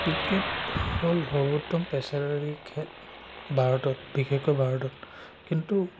cricket হ'ল সৰ্বোত্তম পেছাদাৰী খেল ভাৰতত বিশেষকৈ ভাৰতত কিন্তু